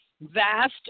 Vast